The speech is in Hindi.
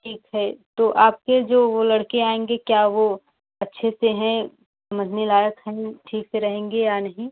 ठीक है तो आपके जो वे लड़के आएँगे क्या वे अच्छे से हैं समझने लायक हैं ठीक से रहेंगे या नहीं